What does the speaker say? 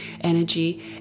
energy